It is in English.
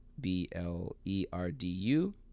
b-l-e-r-d-u